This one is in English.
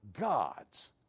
gods